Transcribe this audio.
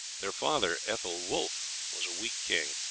their father, ethelwulf, was a weak king,